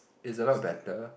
is a lot better